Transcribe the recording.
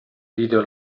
video